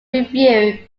review